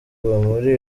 muri